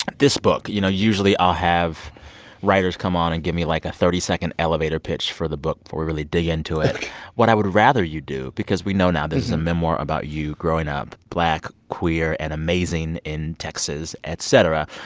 this book you know, usually, i'll have writers come on and give me, like, a thirty second elevator pitch for the book before we really dig into it what i would rather you do because we know now this is a memoir about you growing up black, queer and amazing in texas, et cetera,